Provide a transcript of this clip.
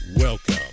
Welcome